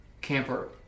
camper